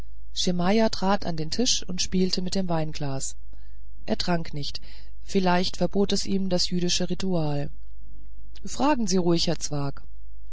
trat an den tisch und spielte mit dem weinglas er trank nicht vielleicht verbot es ihm das jüdische ritual fragen sie ruhig herr